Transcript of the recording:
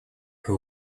who